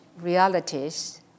realities